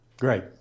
Great